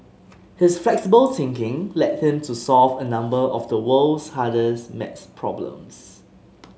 his flexible thinking led him to solve a number of the world's hardest maths problems